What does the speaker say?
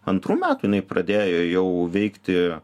antrų metų jinai pradėjo jau veikti